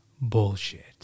bullshit